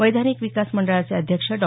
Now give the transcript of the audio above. वैधानिक विकास मंडळाचे अध्यक्ष डॉ